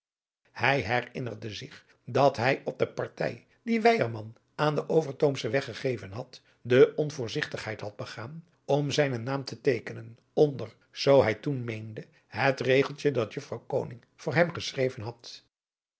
hij herinnerde zich dat hij op de partij die weyerman aan den overtoomschen weg gegeven had de onvoorzigtigheid had begaan om zijnen naam te teekenen onder zoo hij toen meende het regeltje dat juffrouw koning voor hem geschreven had